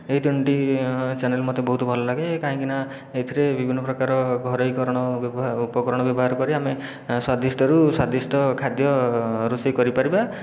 ଏହି ତିନୋଟି ଚ୍ୟାନେଲ ମୋତେ ବହୁତ ଭଲ ଲାଗେ କାହିଁକି ନା ଏଥିରେ ବିଭିନ୍ନ ପ୍ରକାର ଘରୋଇ କରଣ ଉପକରଣ ବ୍ୟବହାର କରି ଆମେ ସ୍ୱାଦିଷ୍ଟରୁ ସ୍ୱାଦିଷ୍ଟ ଖାଦ୍ୟ ରୋଷେଇ କରିପାରିବା